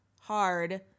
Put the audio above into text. hard